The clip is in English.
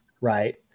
right